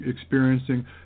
experiencing